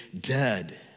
dead